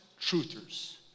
truthers